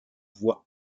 voix